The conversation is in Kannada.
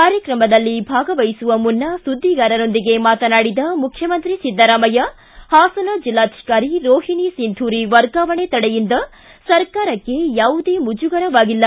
ಕಾರ್ಯಕ್ರಮದಲ್ಲಿ ಭಾಗವಹಿಸುವ ಮುನ್ನ ಸುದ್ದಿಗಾರರೊಂದಿಗೆ ಮಾತನಾಡಿದ ಮುಖ್ಯಮಂತ್ರಿ ಸಿದ್ದರಾಮಯ್ಕ ಹಾಸನ ಜಿಲ್ಲಾಧಿಕಾರಿ ರೋಹಿಣಿ ಸಿಂಧೂರಿ ವರ್ಗಾವಣೆ ತಡೆಯಿಂದ ಸರ್ಕಾರಕ್ಕೆ ಯಾವುದೇ ಮುಜುಗರವಾಗಿಲ್ಲ